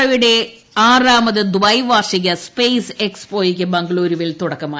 O ആറാമത് ദൈവാർഷിക space എക്സ്പോയ്ക്ക് ബംഗളൂരുവിൽ തുടക്കമായി